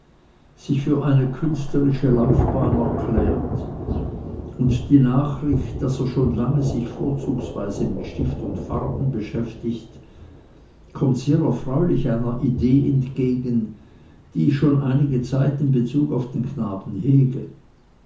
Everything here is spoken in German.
sich für eine künstlerische laufbahn erklärt und die nachricht daß er schon lange sich vorzugsweise mit stift und farben beschäftigt kommt sehr erfreulich einer idee entgegen die ich schon einige zeit in bezug auf den knaben hege